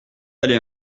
aller